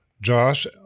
Josh